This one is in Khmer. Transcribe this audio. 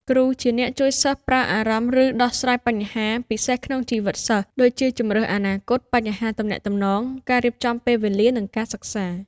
គ្រូជាអ្នកជួយសិស្សប្រើអារម្មណ៍ ឬដោះស្រាយបញ្ហា ពិសេសក្នុងជីវិតសិស្ស ដូចជាជម្រើសអនាគត បញ្ហាទំនាក់ទំនង ការរៀបចំពេលវេលា និងការសិក្សា។